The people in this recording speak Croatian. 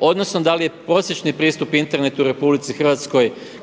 odnosno da li je prosječni pristup internetu u RH kvalitetniji